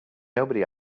nobody